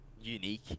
Unique